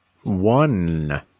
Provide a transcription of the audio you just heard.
one